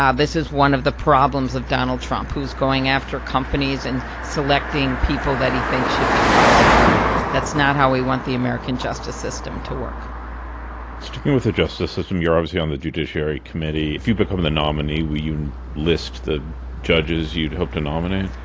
um this is one of the problems of donald trump, who's going after companies and selecting people that he thinks should be prosecuted. that's not how we want the american justice system to work sticking with the justice system, you're obviously on the judiciary committee. if you become the nominee, will you list the judges you'd hoped to nominate?